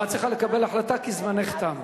את צריכה לקבל החלטה, כי זמנך תם.